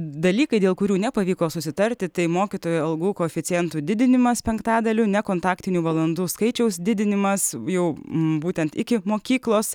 dalykai dėl kurių nepavyko susitarti tai mokytojų algų koeficientų didinimas penktadaliu nekontaktinių valandų skaičiaus didinimas jau būtent iki mokyklos